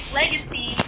legacy